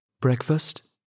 Breakfast